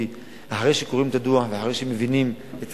כי אחרי שקוראים את הדוח ואחרי שמבינים את